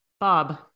Bob